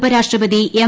ഉപരാഷ്ട്രപതി എം